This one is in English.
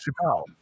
Chappelle